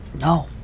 No